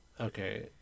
okay